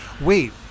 wait